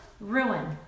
ruin